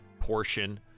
portion